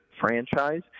franchise